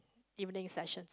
evening sessions